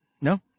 no